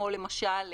למשל,